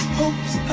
hopes